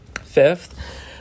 Fifth